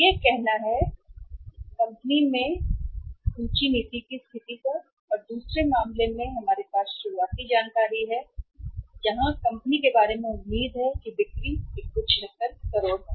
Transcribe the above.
यह कहना सूची नीति की स्थिति है कंपनी में काम किया गया है और दूसरे मामले में हमारे पास शुरुआती जानकारी है कंपनी के बारे में उम्मीद है कि बिक्री 176 करोड़ है